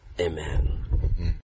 Amen